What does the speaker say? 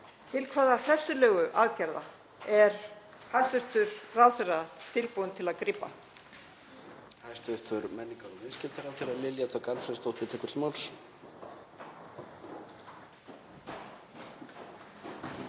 Til hvaða hressilegu aðgerða er hæstv. ráðherra tilbúinn til að grípa?